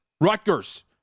Rutgers